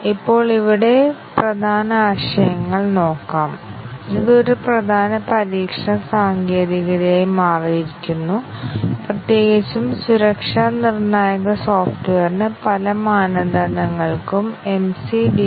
അതിനാൽ അക്കം കുറയുന്നത് സത്യവും തെറ്റായ മൂല്യങ്ങളും മാത്രമാണ് അക്കം ഉയർന്നത് ശരിയാകുമ്പോൾ നമ്മൾ കൈവരിക്കും അക്കം ഉയർന്നത് തെറ്റായിരിക്കുമ്പോൾ ക്ഷമിക്കണം അക്കം കുറവും സത്യവും തെറ്റായ മൂല്യവും ഈ ശാഖയ്ക്ക് സത്യവും തെറ്റും കൈവരിക്കും